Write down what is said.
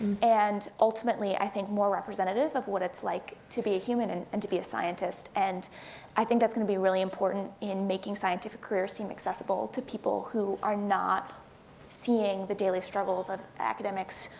and ultimately, i think, more representative of what it's like to be a human, and and to be a scientist, and i think that's gonna be really important in making scientific career seem accessible to people who are not seeing the daily struggles of academics,